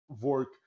work